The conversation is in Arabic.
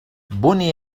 بُني